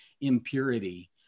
impurity